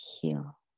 heal